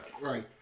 Right